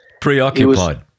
preoccupied